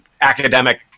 academic